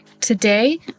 Today